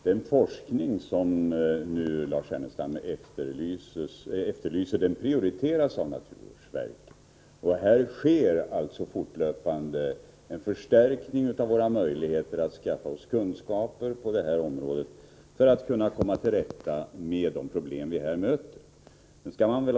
Herr talman! Den forskning som Lars Ernestam efterlyser prioriteras av naturvårdsverket. Fortlöpande sker en förstärkning av våra möjligheter att skaffa oss kunskaper för att komma till rätta med de problem vi möter på det här området.